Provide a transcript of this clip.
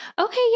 Okay